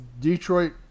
Detroit